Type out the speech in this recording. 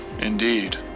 Indeed